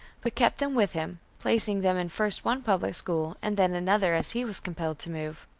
but kept them with him, placing them in first one public school and then another, as he was compelled to move.